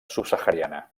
subsahariana